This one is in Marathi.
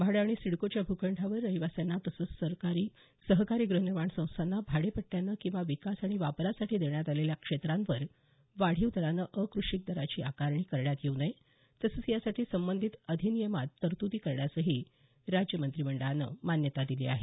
म्हाडा आणि सिडकोच्या भूखंडावर रहिवाशांना तसंच सहकारी गृहनिर्माण संस्थांना भाडेपट्ट्यानं किंवा विकास आणि वापरासाठी देण्यात आलेल्या क्षेत्रांवर वाढीव दरानं अकृषिक दराची आकारणी करण्यात येऊ नये तसंच यासाठी संबंधित अधिनियमात तरतूद करण्यासही राज्य मंत्रिमंडळानं मान्यता दिली आहे